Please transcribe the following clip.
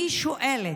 אני שואלת: